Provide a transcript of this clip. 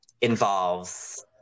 involves